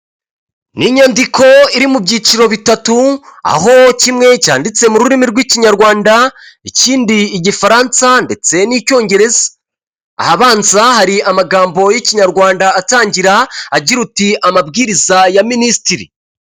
Ni inyandiko iri mu byiciro bitatu, aho kimwe cyanditse mu rurimi rw'ikinyarwanda, ikindi igifaransa ndetse n'icyongereza, ahabanza hari amagambo y'ikinyarwanda atangira agira uti;"Amabwiriza ya minisitiri."